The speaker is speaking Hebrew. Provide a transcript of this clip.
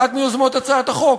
אחת מיוזמות הצעת החוק,